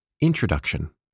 Introduction